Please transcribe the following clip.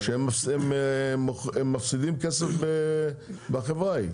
שהם מפסידים כסף בחברה ההיא.